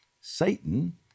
Satan